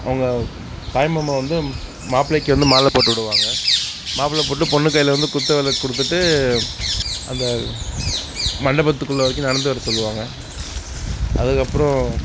அவங்க தாய்மாமா வந்து மாப்பிளைக்கு வந்து மாலை போட்டுவிடுவாங்க மாப்பிள்ளை போட்டு பெண்ணு கையில் வந்து குத்து விளக்கு கொடுத்துட்டு அந்த மண்டபத்துக்குள்ளே வரைக்கும் நடந்து வர சொல்லுவாங்க அதுக்கப்புறம்